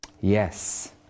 Yes